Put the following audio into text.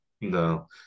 No